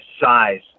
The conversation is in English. size